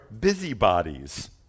busybodies